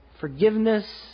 forgiveness